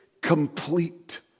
complete